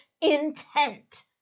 intent